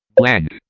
land?